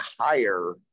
higher